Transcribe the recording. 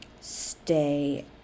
stay